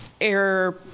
air